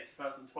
2012